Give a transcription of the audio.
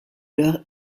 leur